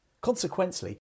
Consequently